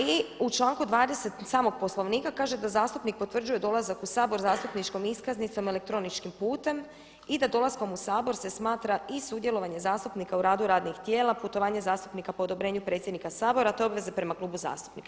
I u članku 20. samog Poslovnika kaže da zastupnik potvrđuje dolazak u Sabor zastupničkom iskaznicom, elektroničkim putem i da dolaskom u Sabor se smatra i sudjelovanje zastupnika u radu radnih tijela, putovanje zastupnika po odobrenju predsjednika Sabora te obveze prema klubu zastupnika.